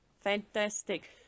Fantastic